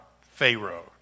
Pharaoh